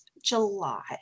july